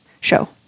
show